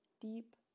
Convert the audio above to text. deep